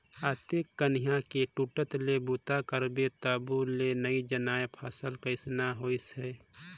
अतेक कनिहा के टूटट ले बूता करथे तभो ले नइ जानय फसल कइसना होइस है